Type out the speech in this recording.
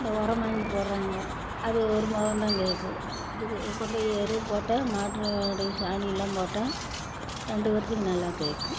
இந்த ஓரம் வாங்கி போடுறாங்கோ அது ஒரு முறை தான் கேக்கும் இதுக்கு கொண்டு போய் எரு போட்டால் மாட்டோடைய சாணிலாம் போட்டால் ரெண்டு வர்த்திக்கு நல்லா கேக்கும்